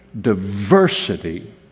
diversity